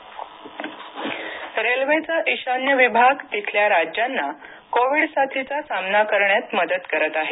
railway रेल्वेचा ईशान्य विभाग तिथल्या राज्यांना कोविड साथीचा सामना करण्यात मदत करत आहे